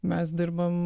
mes dirbam